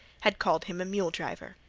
had called him a mule driver.